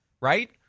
right